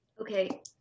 Okay